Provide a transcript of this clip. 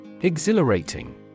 Exhilarating